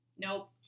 Nope